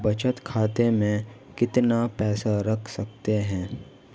बचत खाते में कितना पैसा रख सकते हैं?